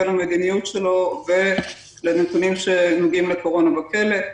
למדיניות שלו ולנתונים שנוגעים לקורונה בכלא.